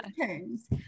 turns